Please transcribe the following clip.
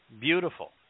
beautiful